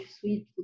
sweet